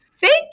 thank